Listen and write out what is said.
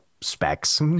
specs